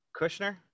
Kushner